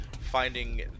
finding